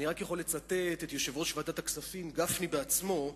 אני רק יכול לצטט את יושב-ראש ועדת הכספים גפני בעצמו,